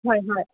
হয় হয়